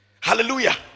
Hallelujah